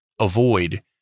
avoid